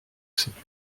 cette